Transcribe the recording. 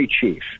chief